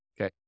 Okay